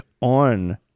on